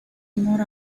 amor